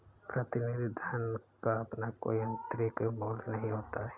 प्रतिनिधि धन का अपना कोई आतंरिक मूल्य नहीं होता है